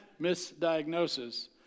misdiagnosis